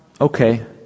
okay